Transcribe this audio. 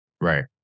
Right